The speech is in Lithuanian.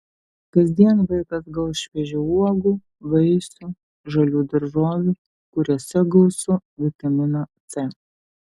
kasdien vaikas gaus šviežių uogų vaisių žalių daržovių kuriose gausu vitamino c